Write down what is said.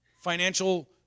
financial